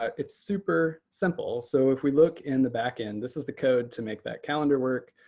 ah it's super simple. so if we look in the back end, this is the code to make that calendar work.